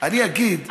אני אגיד,